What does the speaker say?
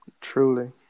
truly